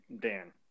Dan